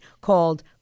called